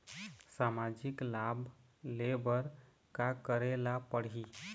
सामाजिक लाभ ले बर का करे ला पड़ही?